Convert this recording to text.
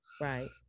Right